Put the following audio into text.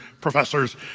professors